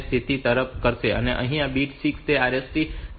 5 ની સ્થિતિ પરત કરશે અહીં બીટ 6 તે RST 7